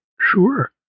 sure